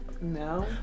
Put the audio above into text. No